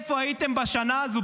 איפה הייתם בשנה הזאת,